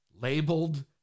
labeled